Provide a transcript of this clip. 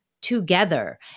together